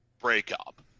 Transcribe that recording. breakup